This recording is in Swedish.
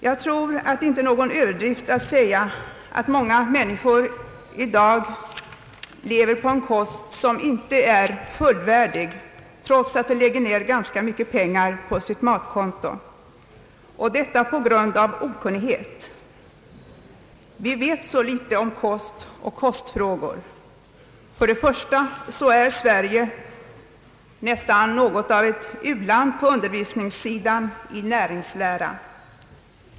Jag tror att det inte är någon Ööverdritt att säga att många människor i dag lever på en kost som inte är fullvärdig, trots att de lägger ned ganska mycket pengar på sitt matkonto, och detta på grund av okunnighet. Vi vet så litet om kost och kostfrågor. För det första är Sverige nästan något av ett u-land på under visningssidan i näringslära.